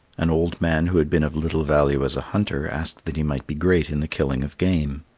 an old man who had been of little value as a hunter asked that he might be great in the killing of game.